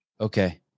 Okay